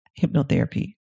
hypnotherapy